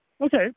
Okay